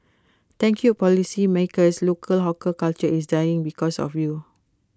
thank you policymakers local hawker culture is dying because of you